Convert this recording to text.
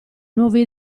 nuove